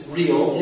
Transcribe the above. real